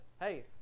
hey